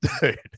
dude